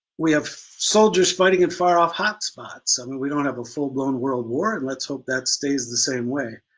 we have soldiers fighting in far-off hotspots. i mean we don't have a full-blown world war and let's hope that stays the same way.